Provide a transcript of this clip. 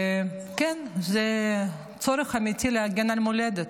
כן, זה צורך אמיתי להגן על המולדת.